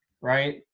right